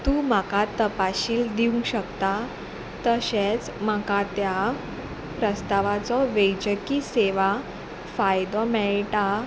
तूं म्हाका तपाशील दिवंक शकता तशेंच म्हाका त्या प्रस्तावाचो वैजकी सेवा फायदो मेळटा